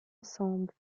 ensemble